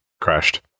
crashed